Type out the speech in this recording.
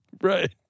Right